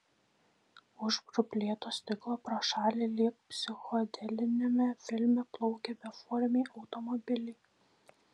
už ruplėto stiklo pro šalį lyg psichodeliniame filme plaukė beformiai automobiliai